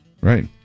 right